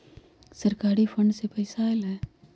सरकारी फंड से पईसा आयल ह?